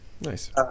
Nice